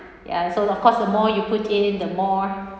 ya sort of cause the more you put in the more